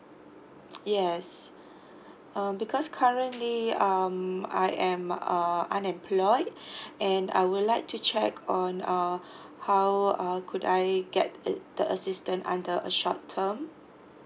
yes um because currently um I am uh unemployed and I would like to check on uh how err could I get it the assistant under a short term